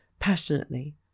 passionately